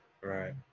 right